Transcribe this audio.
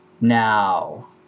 Now